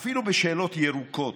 אפילו בשאלות ירוקות,